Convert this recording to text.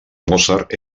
mozart